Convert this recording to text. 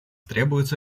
требуется